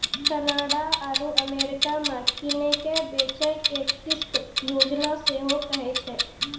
Canada आरु America मे किनै बेचै के किस्त योजना सेहो कहै छै